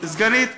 סגנית